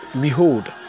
behold